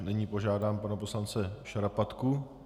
Nyní požádám pana poslance Šarapatku.